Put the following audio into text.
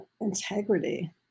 integrity